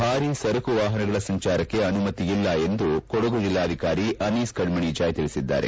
ಭಾರೀ ಸರಕು ವಾಹನಗಳ ಸಂಚಾರಕ್ಕೆ ಅನುಮತಿ ಇಲ್ಲ ಎಂದು ಕೊಡಗು ಜಿಲ್ಲಾಧಿಕಾರಿ ಅನೀಸ್ ಕಣ್ಣಣಿ ಜಾಯ್ ತಿಳಿಸಿದ್ದಾರೆ